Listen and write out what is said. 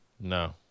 No